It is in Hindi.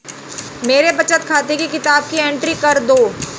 मेरे बचत खाते की किताब की एंट्री कर दो?